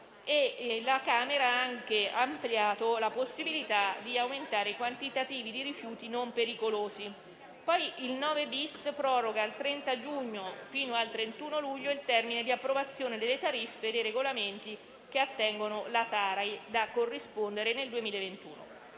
la Camera ha anche ampliato la possibilità di aumentare i quantitativi di rifiuti non pericolosi. Il 9 comma-*bis* proroga dal 30 giugno al 31 luglio il termine di approvazione delle tariffe e dei regolamenti che attengono la Tari da corrispondere nel 2021.